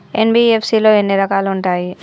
NBFC లో ఎన్ని రకాలు ఉంటాయి?